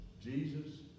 Jesus